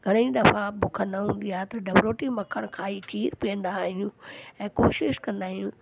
घणेई दफ़ा बुख न हूंदी आहे त डबल रोटी मखण खाई खीर पीअंदा आहियूं ऐं कोशिशि कंदा आहियूं